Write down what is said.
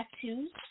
Tattoos